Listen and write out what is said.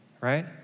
right